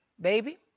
baby